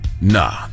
Nah